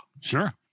sure